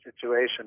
situation